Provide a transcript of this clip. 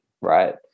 right